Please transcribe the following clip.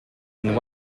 and